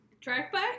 Drive-by